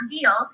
deal